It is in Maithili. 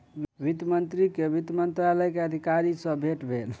वित्त मंत्री के वित्त मंत्रालय के अधिकारी सॅ भेट भेल